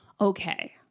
Okay